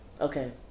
Okay